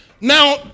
Now